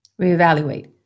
Reevaluate